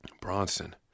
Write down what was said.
Bronson